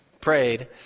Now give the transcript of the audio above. prayed